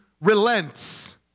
relents